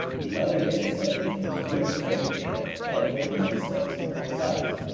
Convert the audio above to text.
the other data set contains grip strength data collected at one of the studies clinical sites.